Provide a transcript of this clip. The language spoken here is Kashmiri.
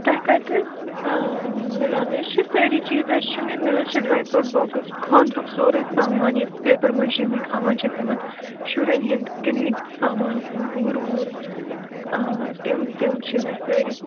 تۄہہِ کَتہِ حظ آ مِلان حظ چھِ سٲری چیٖز حظ چھِ مےٚ مےٚ حظ چھِ ڈرٛاے فرٛوٗٹ بۄکٕس خانٛدرُک سورُے سامان یۄس پیٚپَر مٲشی ہُنٛد تھاوان چھِ تِمَن شُرٮ۪ن ہِنٛدۍ گِنٛدنٕکۍ سامان گُر وُر تِم تِم چھِ مےٚ سٲری